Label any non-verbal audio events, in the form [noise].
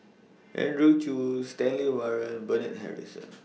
Andrew Chew Stanley Warren Bernard Harrison [noise]